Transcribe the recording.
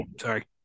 Sorry